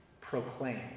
proclaim